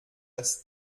das